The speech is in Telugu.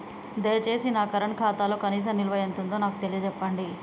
దయచేసి నా కరెంట్ ఖాతాలో కనీస నిల్వ ఎంతుందో నాకు తెలియచెప్పండి